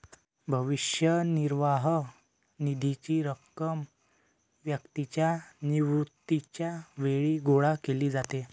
भविष्य निर्वाह निधीची रक्कम व्यक्तीच्या निवृत्तीच्या वेळी गोळा केली जाते